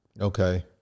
Okay